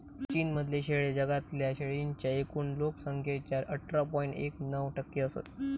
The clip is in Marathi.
चीन मधले शेळे जगातल्या शेळींच्या एकूण लोक संख्येच्या अठरा पॉइंट एक नऊ टक्के असत